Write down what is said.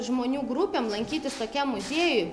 žmonių grupėm lankytis tokiam muziejuj